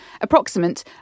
approximate